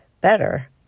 better